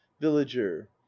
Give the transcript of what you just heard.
villager